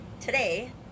today